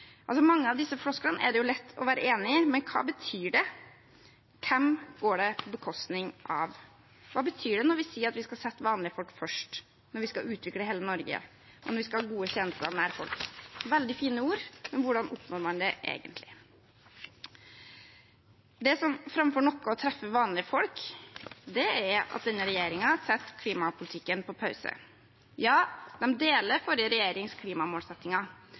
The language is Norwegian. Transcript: Mange av disse flosklene er det jo lett å være enig i, men hva betyr det? Hvem går det på bekostning av? Hva betyr det når vi sier at vi skal sette vanlige folk først, når vi skal utvikle hele Norge, og når vi skal ha gode tjenester nær folk? Veldig fine ord, men hvordan oppnår man det egentlig? Det som framfor noe treffer vanlige folk, er at denne regjeringen setter klimapolitikken på pause. Ja, den deler forrige regjerings klimamålsettinger,